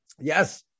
yes